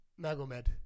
Magomed